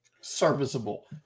Serviceable